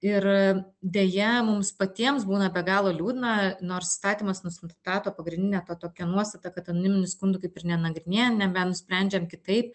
ir deja mums patiems būna be galo liūdna nors įstatymas nustato pagrindinė ta tokia nuostata kad anoniminių skundų kaip ir nenagrinėjam nebent nusprendžiam kitaip